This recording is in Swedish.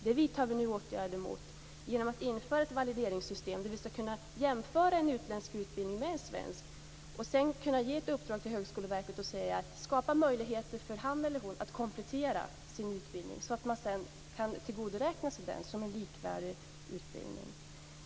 Det vidtar vi nu åtgärder mot genom att införa ett valideringssystem så att man skall kunna jämföra en utländsk utbildning med en svensk och sedan kunna ge ett uppdrag till Högskoleverket att skapa möjligheter för den som behöver komplettera sin utbildning, så att han eller hon kan tillgodoräkna sig den som en utbildning som är likvärdig med en svensk utbildning.